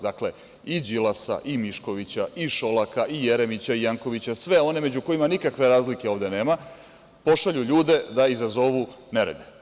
Dakle, i Đilasa i Miškovića i Šolaka i Jeremića i Jankovića, sve one među kojima nikakve razlike ovde nema, pošalju ljude da izazovu nerede.